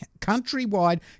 Countrywide